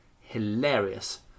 hilarious